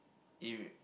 if